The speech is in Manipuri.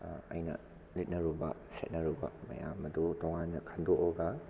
ꯑꯩꯅ ꯂꯤꯠꯅꯔꯨꯕ ꯁꯦꯠꯅꯔꯨꯕ ꯃꯌꯥꯝ ꯑꯗꯨ ꯇꯣꯉꯥꯟꯅ ꯈꯟꯗꯣꯛꯑꯒ